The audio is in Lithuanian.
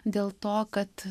dėl to kad